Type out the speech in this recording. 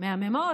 מהממות.